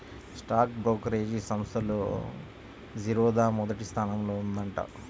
stock brokerage సంస్థల్లో జిరోదా మొదటి స్థానంలో ఉందంట